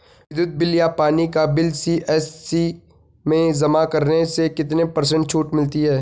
विद्युत बिल या पानी का बिल सी.एस.सी में जमा करने से कितने पर्सेंट छूट मिलती है?